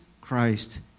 Christ